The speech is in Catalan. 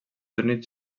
units